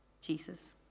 Jesus